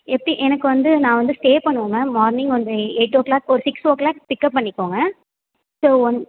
எப்படி எனக்கு வந்து நான் வந்து ஸ்டே பண்ணுவேன் மேம் மார்னிங் வந்து எயிட் ஓ க்ளாக் ஒரு சிக்ஸ் ஓ க்ளாக் பிக்கப் பண்ணிக்கோங்க ஸோ ஒன்